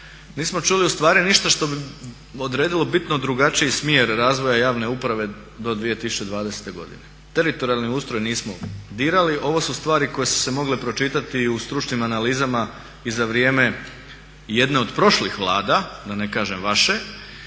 nismo čuli ustvari ništa što bi odredilo bitno drugačiji smjer razvoja javne uprave do 2020. godine. Teritorijalni ustroj nismo dirali, ovo su stvari koje su se mogle pročitati i u stručnim analizama i za vrijeme jedne od prošlih Vlada da ne kažem vaše